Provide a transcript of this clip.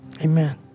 Amen